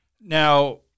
Now